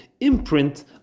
imprint